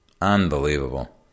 Unbelievable